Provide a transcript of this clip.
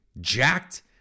jacked